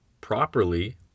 properly